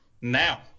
Now